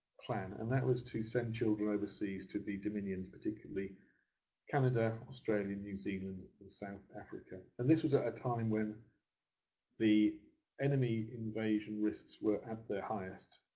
plan, and that was to send children overseas to the dominions, particularly canada, australia, new zealand, and south africa. and this was at a time when the enemy invasion risks were at their highest,